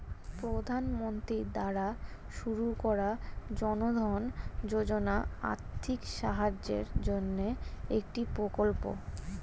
প্রধানমন্ত্রী দ্বারা শুরু করা জনধন যোজনা আর্থিক সাহায্যের জন্যে একটি প্রকল্প